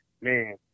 man